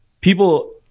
People